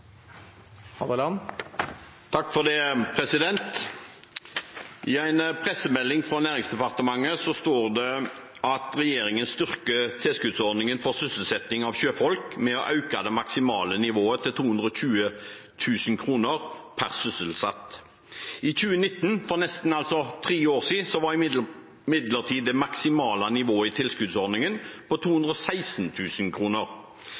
en pressemelding fra Næringsdepartementet står det at regjeringen styrker tilskuddsordningen for sysselsetting av sjøfolk ved å øke det maksimale nivået til 220 000 kr per sysselsatt. I 2019, for nesten tre år siden, var imidlertid det maksimale nivået i tilskuddsordningen på